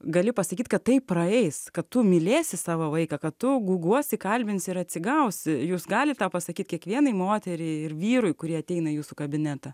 gali pasakyt kad tai praeis kad tu mylėsi savo vaiką kad tu guguosi kalbinsi ir atsigausi jūs galit tą pasakyt kiekvienai moteriai ir vyrui kurie ateina į jūsų kabinetą